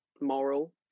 moral